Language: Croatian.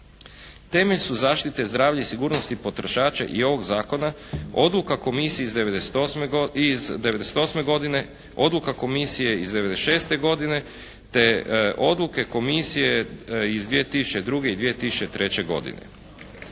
Temelj su zaštite zdravlja i sigurnosti potrošača i ovog zakona odluka komisije iz 98. godine, odluka komisije iz 96. godine te odluke komisije iz 2002. i 2003. godine.